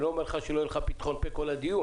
לא אומר לך שלא יהיה לך פתחון פה כל הדיון.